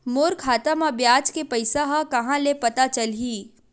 मोर खाता म ब्याज के पईसा ह कहां ले पता चलही?